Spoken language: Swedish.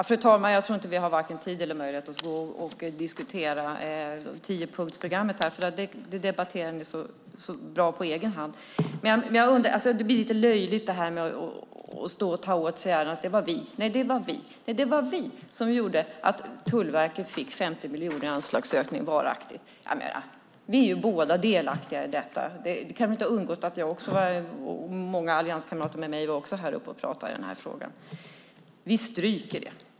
Fru talman! Jag tror inte att vi har vare sig tid eller möjlighet att diskutera tiopunktsprogrammet här. Det debatterar ni så bra på egen hand. Det blir lite löjligt att vi står här och tar åt oss äran och säger att det var vi som gjorde att Tullverket fick 50 miljoner i anslagsökning varaktigt. Vi är båda delaktiga i detta. Det kan väl inte ha undgått er att jag och många allianskamrater till mig var här uppe och pratade i den här frågan. Vi stryker det.